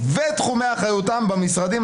שיגיע במהירה.